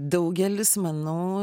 daugelis manau